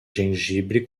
gengibre